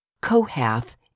Kohath